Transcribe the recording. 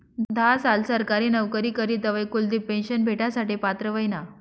धा साल सरकारी नवकरी करी तवय कुलदिप पेन्शन भेटासाठे पात्र व्हयना